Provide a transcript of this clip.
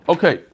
Okay